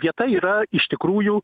vieta yra iš tikrųjų